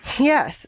Yes